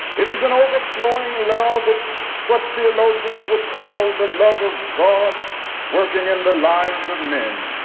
it is an overflowing love it's what theologians would call the love of god working in the lives of men.